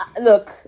look